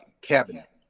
cabinet